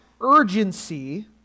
urgency